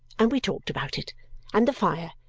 and we talked about it and the fire,